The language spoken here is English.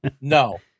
No